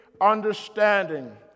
understanding